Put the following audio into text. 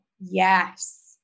Yes